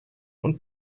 und